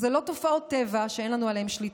וזה לא תופעות טבע שאין לנו עליהן שליטה.